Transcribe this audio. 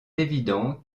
évident